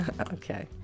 Okay